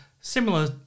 similar